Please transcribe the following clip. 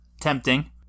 Tempting